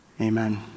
amen